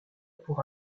pour